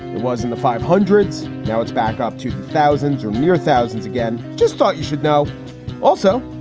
it was in the five hundreds. now it's back up to thousands or mere thousands again. just thought you should know also,